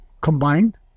combined